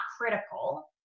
critical